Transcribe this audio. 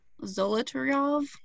Zolotaryov